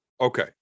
Okay